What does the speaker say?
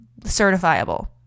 Certifiable